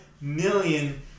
million